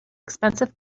expensive